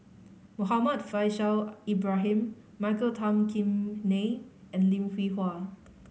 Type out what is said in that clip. Muhammad Faishal Ibrahim Michael Tan Kim Nei and Lim Hwee Hua